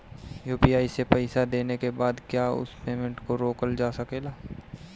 UPI से पईसा देने के बाद क्या उस पेमेंट को रोकल जा सकेला?